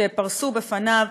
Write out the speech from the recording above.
שפרסו בפניו,